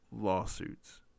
lawsuits